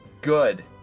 Good